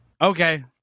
Okay